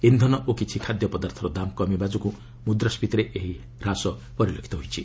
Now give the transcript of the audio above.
ଇନ୍ଧନ ଓ କିଛି ଖାଦ୍ୟପଦାର୍ଥର ଦାମ୍ କମିବା ଯୋଗୁଁ ମୁଦ୍ରାସ୍କିତିରେ ଏହି ହ୍ରାସ ପରିଲକ୍ଷିତ ହୋଇଛି